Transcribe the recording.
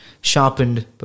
sharpened